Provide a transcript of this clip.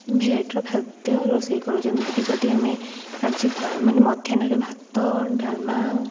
ଭେରାଇଟିର ଖାଦ୍ୟ ରୋଷେଇ କରୁ ଯେମିତିକି ଯଦି ଆମେ ଆଜି ଭା ମାନେ ମଧ୍ୟାହ୍ନରେ ଭାତ ଡାଲମା